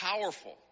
powerful